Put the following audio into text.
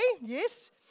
yes